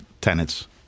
tenants